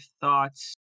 thoughts